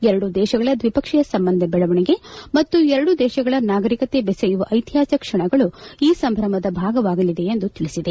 ಎರಡೂ ದೇಶಗಳ ದ್ವೀಪಕ್ಷೀಯ ಸಂಬಂಧ ಬೆಳವಣಿಗೆ ಮತ್ತು ಎರಡೂ ದೇಶಗಳ ನಾಗರೀಕತೆ ಬೆಸೆಯುವ ಐತಿಹಾಸಿಕ ಕ್ಷಣಗಳು ಈ ಸಂಭ್ರಮದ ಭಾಗವಾಗಲಿದೆ ಎಂದು ತಿಳಿಸಿದೆ